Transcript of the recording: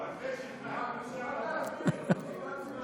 אני מוכן להסביר, אבל זה ייקח זמן.